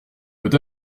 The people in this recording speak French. peut